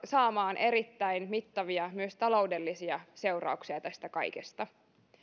saamaan myös erittäin mittavia taloudellisia seurauksia tästä kaikesta